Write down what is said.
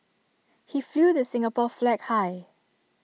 he flew the Singapore flag high